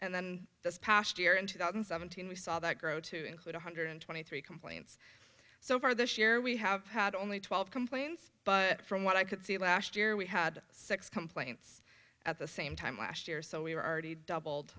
and then this past year in two thousand and seventeen we saw that grow to include one hundred twenty three complaints so far this year we have had only twelve complaints but from what i could see last year we had six complaints at the same time last year so we were already doubled